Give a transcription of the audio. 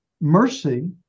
mercy